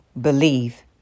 believe